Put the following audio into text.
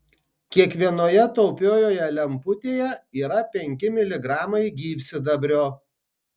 kiekvienoje taupiojoje lemputėje yra penki miligramai gyvsidabrio